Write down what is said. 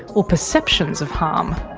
or perceptions of harm.